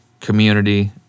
community